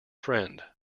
friend